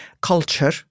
culture